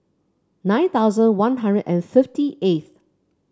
nine thousand One Hundred and fifty eighth